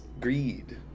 greed